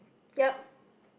yeap